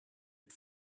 had